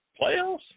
Playoffs